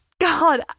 God